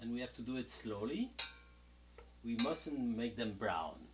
and we have to do it slowly we mustn't make them brown